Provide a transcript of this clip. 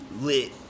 lit